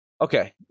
Okay